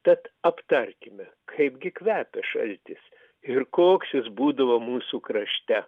tad aptarkime kaipgi kvepia šaltis ir koks jis būdavo mūsų krašte